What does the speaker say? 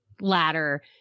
ladder